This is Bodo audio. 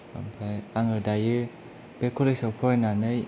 ओमफाय आङो दायो बे कलेजाव फरायनानै